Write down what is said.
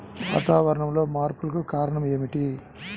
వాతావరణంలో మార్పులకు కారణాలు ఏమిటి?